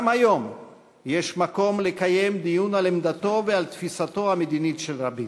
גם היום יש מקום לקיים דיון על עמדתו ועל תפיסתו המדינית של רבין,